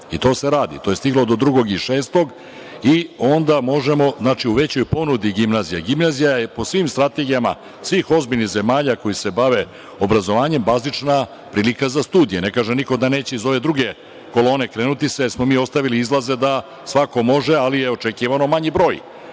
i to se radi. To je stiglo do drugog i šestog i onda možemo, znači u većoj ponudi je gimnazija. Gimnazija je po svim strategijama, svih ozbiljnih zemalja koje se bave obrazovanjem, bazična prilika za studije. Ne kaže niko da neće iz ove druge kolone krenuti se, jer smo mi ostavili izlaze da svako može, ali je očekivano manji broj.